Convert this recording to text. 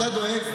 אתה דואג?